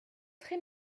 très